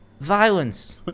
violence